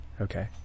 okay